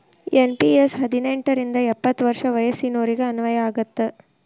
NPS ಹದಿನೆಂಟ್ ರಿಂದ ಎಪ್ಪತ್ ವರ್ಷ ವಯಸ್ಸಿನೋರಿಗೆ ಅನ್ವಯ ಆಗತ್ತ